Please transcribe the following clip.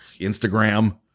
Instagram